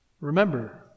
Remember